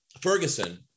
Ferguson